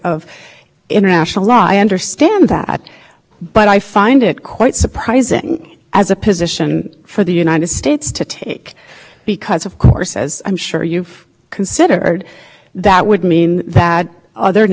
about international law and you're making a different argument so i think i am you're i don't think that that's a fair reading of how the court in homs on the court in kiran really approach this the it's possible to say i think as you're on this question suggests that in